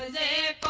a a